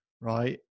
right